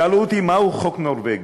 שאלו אותי, מהו חוק נורבגי?